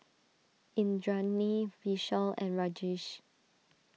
Indranee Vishal and Rajesh